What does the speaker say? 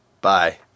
Bye